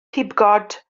pibgod